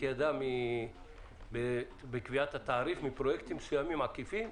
ידה מקביעת התעריף בפרויקטים עקיפים מסוימים.